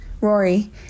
Rory